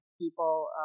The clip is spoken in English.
people